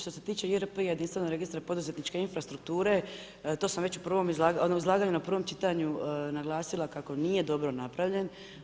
Što se tiče JRP, jedinstvenog registra poduzetničke infrastrukture, to sam već u prvom izlaganju, u izlaganju na prvom čitanju naglasila kako nije dobro napravljen.